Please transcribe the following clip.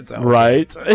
Right